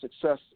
success